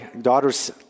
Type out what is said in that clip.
daughters